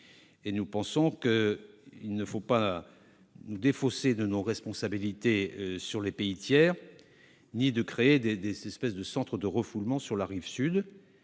États tiers. Nous ne devons pas nous défausser de nos responsabilités sur les pays tiers ni créer des sortes de centres de refoulement sur la rive sud